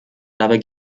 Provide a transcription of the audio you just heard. dabei